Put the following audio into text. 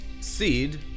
seed